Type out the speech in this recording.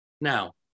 Now